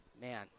man